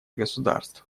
государств